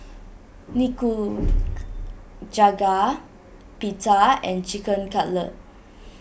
Nikujaga Pita and Chicken Cutlet